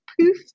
poof